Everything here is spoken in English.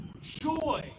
joy